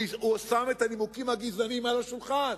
הוא שם את הנימוקים הגזעניים על השולחן.